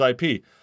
IP